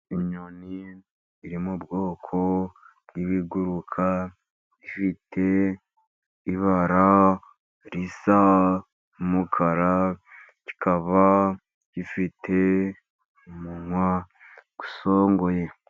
Inyoni iri mu bwoko bw'ibiguruka, ifite ibara risa n'umukara, ikaba ifite umunwa usongoye.